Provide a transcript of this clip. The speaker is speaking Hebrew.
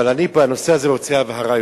אבל אני בנושא הזה רוצה יותר הבהרה,